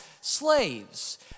slaves